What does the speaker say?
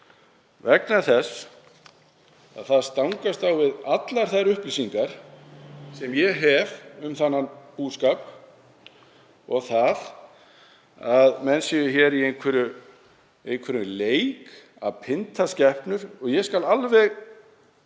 vegna þess að það stangast á við allar þær upplýsingar sem ég hef um þennan búskap. Að menn séu hér í einhverjum leik að pynda skepnur — ég skal alveg